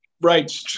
right